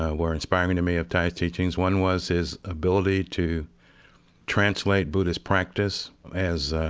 ah were inspiring to me of thay's teachings one was his ability to translate buddhist practice as